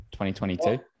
2022